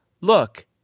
look